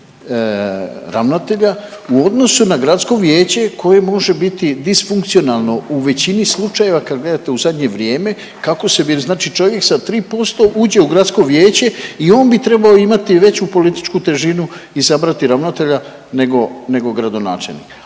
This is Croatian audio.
u odnosu na gradsko vijeće koje može biti disfunkcionalno. U većini slučajeva kad gledate u zadnje vrijeme kako se bira, znači čovjek sa 3% uđe u gradsko vijeće i on bi trebao imati veću političku težinu i izabrati ravnatelja nego, nego gradonačelnik.